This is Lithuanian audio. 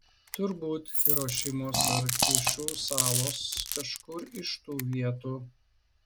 turbūt hirošimos ar kiušiu salos kažkur iš tų vietų